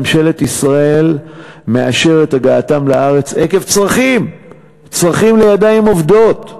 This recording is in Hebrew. ממשלת ישראל מאשרת את הגעתם לארץ עקב צרכים לידיים עובדות.